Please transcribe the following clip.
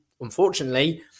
unfortunately